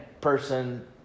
person